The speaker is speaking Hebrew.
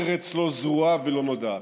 ארץ לא זרועה ולא נודעת,